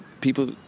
people